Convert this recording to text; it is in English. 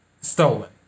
stolen